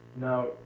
Now